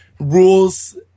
rules